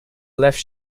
left